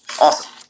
Awesome